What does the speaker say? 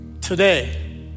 today